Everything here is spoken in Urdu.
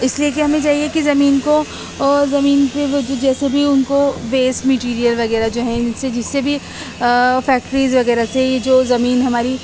اس لیے کہ ہمیں چاہیے کہ زمین کو زمین پہ وہ جو جیسے بھی ان کو بیس مٹیریل وغیرہ جو ہیں ان سے جس سے بھی فیکٹریز وغیرہ سے جو زمین ہماری